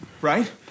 right